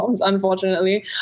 unfortunately